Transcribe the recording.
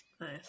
Nice